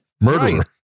murderer